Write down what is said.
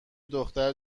دختر